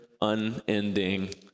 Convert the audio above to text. unending